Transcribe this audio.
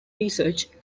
research